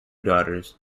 daughters